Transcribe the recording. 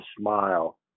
smile